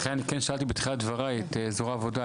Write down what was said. לכן כן שאלתי בתחילת דבריי את זרוע העבודה,